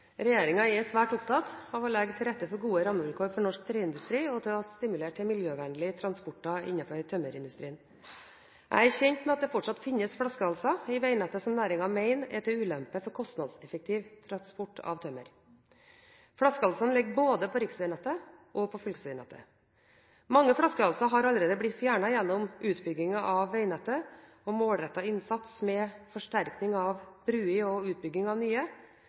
er svært opptatt av å legge til rette for gode rammevilkår for norsk treindustri og å stimulere til miljøvennlige transporter innenfor tømmerindustrien. Jeg er kjent med at det fortsatt finnes flaskehalser i veinettet som næringen mener er til ulempe for en kostnadseffektiv transport av tømmer. Flaskehalsene ligger både på riksveinettet og på fylkesveinettet. Mange flaskehalser er allerede blitt fjernet gjennom utbyggingen av veinettet og målrettet innsats med forsterkning av bruer og utbygging av nye,